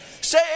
Say